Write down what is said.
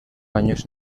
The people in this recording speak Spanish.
años